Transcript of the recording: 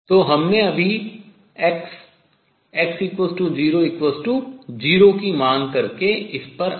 तो हमने अभी Xx00 की मांग करके इस पर अमल किया है